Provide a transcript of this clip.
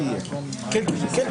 הסתייגות מס' 10. מי בעד?